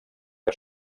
que